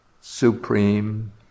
supreme